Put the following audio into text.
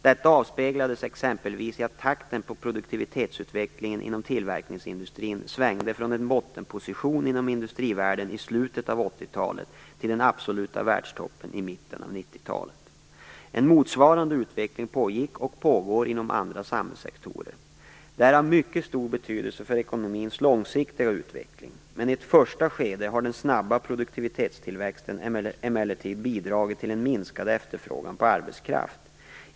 Detta avspeglades exempelvis i att takten på produktivitetsutvecklingen inom tillverkningsindustrin svängde från en bottenposition inom industrivärlden i slutet av 1980-talet till den absoluta världstoppen i mitten av 1990-talet. En motsvarande utveckling pågick och pågår inom andra samhällssektorer. Detta är av mycket stor betydelse för ekonomins långsiktiga utveckling. Men i ett första skede har den snabba produktivitetstillväxten emellertid bidragit till en minskad efterfrågan på arbetskraft.